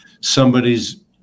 somebody's